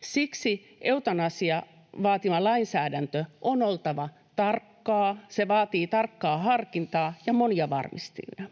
Siksi eutanasian vaatiman lainsäädännön on oltava tarkkaa, se vaatii tarkkaa harkintaa ja monia varmistimia.